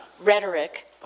rhetoric